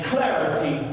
clarity